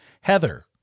heather